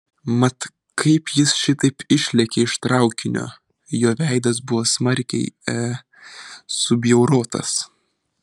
mat kai jis šitaip išlėkė iš traukinio jo veidas buvo smarkiai e subjaurotas